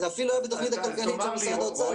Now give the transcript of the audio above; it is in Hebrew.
זה אפילו היה בתוכנית הכלכלית של משרד האוצר,